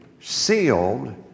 sealed